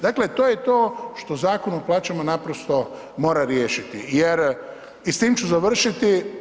Dakle, to je to što Zakon o plaćama naprosto mora riješiti, jer i s tim ću završiti.